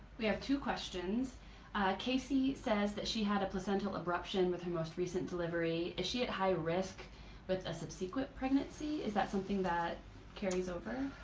we have two questions casey says that she had a placental abruption with her most recent delivery. is she at high risk but subsequent pregnancy is that something that carries over?